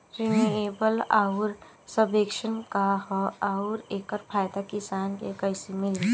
Renewable आउर subvention का ह आउर एकर फायदा किसान के कइसे मिली?